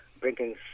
bringing